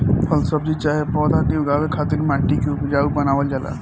फल सब्जी चाहे पौधा के उगावे खातिर माटी के उपजाऊ बनावल जाला